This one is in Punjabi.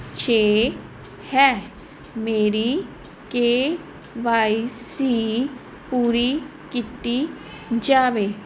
ਛੇ ਹੈ ਮੇਰੀ ਕੇ ਵਾਈ ਸੀ ਪੂਰੀ ਕੀਤੀ ਜਾਵੇ